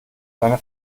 seine